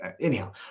anyhow